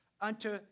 Unto